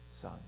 son